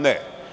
Ne.